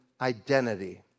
Identity